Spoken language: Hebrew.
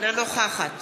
אינה נוכחת